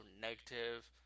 negative